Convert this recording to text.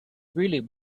really